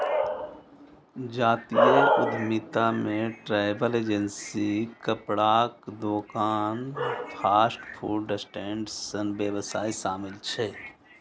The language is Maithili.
जातीय उद्यमिता मे ट्रैवल एजेंसी, कपड़ाक दोकान, फास्ट फूड स्टैंड सन व्यवसाय शामिल छै